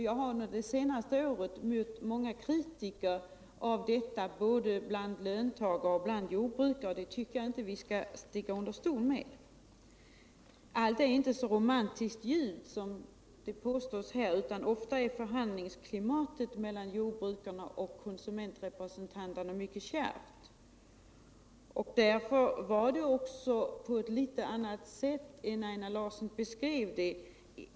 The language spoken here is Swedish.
Jag har under de senaste åren mött många kritiker av detta system både bland löntagare och bland jordbrukare, och det tycker jag inte att vi skall sticka under stol med. Allt är inte så romantiskt ljuvt som det påstås här, utan ofta är klimatet i förhandlingarna mellan jordbrukare och konsumentrepresentanter mycket kärvt. Därför förhåller det sig litet annorlunda än Einar Larsson beskrev.